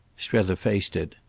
strether faced it.